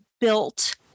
built